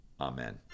Amen